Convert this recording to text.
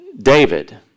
David